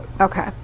Okay